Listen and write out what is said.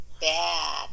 bad